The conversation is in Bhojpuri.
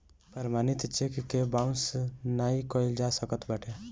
प्रमाणित चेक के बाउंस नाइ कइल जा सकत बाटे